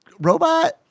robot